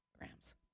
Rams